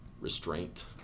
restraint